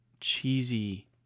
cheesy